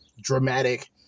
dramatic